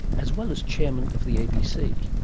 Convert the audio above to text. as well as chairman of the abc.